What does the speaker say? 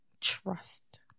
trust